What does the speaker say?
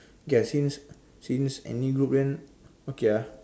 K since since any group then okay ah